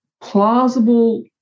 plausible